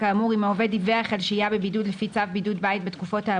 אף אם לא דיווח לפי צו בידוד בית, או